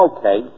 Okay